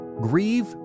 Grieve